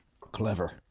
Clever